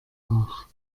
nach